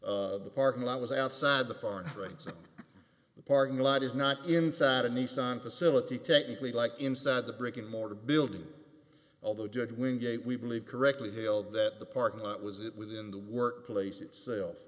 zone the parking lot was outside the foreign banks and the parking lot is not inside a nissan facility technically like inside the brick and mortar building although did wingate we believe correctly hailed that the parking lot was it within the workplace itself